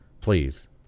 Please